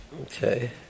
Okay